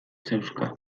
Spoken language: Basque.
zauzka